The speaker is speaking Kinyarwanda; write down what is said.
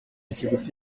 kigufi